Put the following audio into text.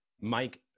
Mike